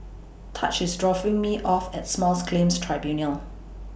Taj IS dropping Me off At Smalls Claims Tribunals